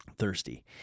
thirsty